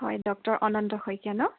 হয় ডক্টৰ অনন্ত শইকীয়া নহ্